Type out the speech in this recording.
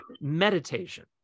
meditation